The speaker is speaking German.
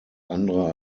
andere